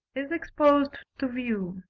is exposed to view.